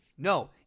No